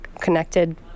connected